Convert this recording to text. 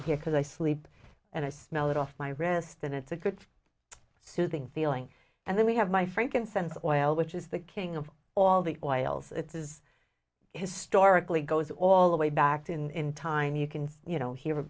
it here because i sleep and i smell it off my wrist and it's a good soothing feeling and then we have my frankincense oil which is the king of all the oils it is historically goes all the way back to in time you can you know hear